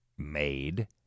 Made